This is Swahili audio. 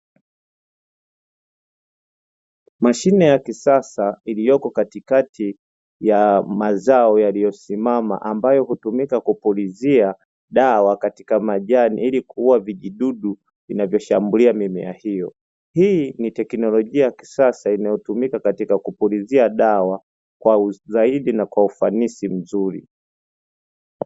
Mashine ya kisasa iliyoko katikati ya mazao yaliyosimama, ambayo hutumika kupulizia dawa katika majani ili kuua vijidudu vinavyoshambulia mimea hiyo. Hii ni teknolojia ya kisasa inayotumika katika kupulizia dawa kwa uzaidi na kwa ufanisi mzuri.